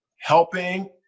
Helping